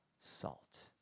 salt